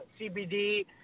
CBD